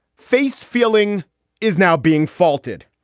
face feeling is now being faulted.